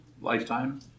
lifetime